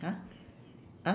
!huh! !huh!